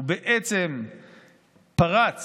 הוא בעצם פרץ